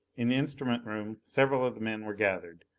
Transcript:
in the instrument room several of the men were gathered,